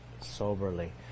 soberly